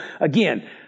again